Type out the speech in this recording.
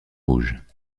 rouges